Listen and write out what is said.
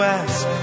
ask